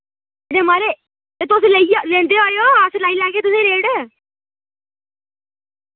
ते माराज तुस लेई जाओ लेंदे आयो अस लाई लैगे तुसें रेट